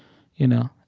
you know?